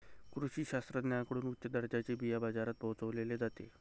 कृषी शास्त्रज्ञांकडून उच्च दर्जाचे बिया बाजारात पोहोचवले जाते